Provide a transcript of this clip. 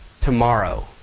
tomorrow